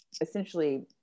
essentially